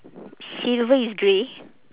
silver is grey